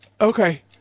Okay